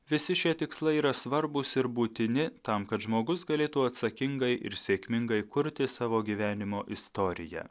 visi šie tikslai yra svarbūs ir būtini tam kad žmogus galėtų atsakingai ir sėkmingai kurti savo gyvenimo istoriją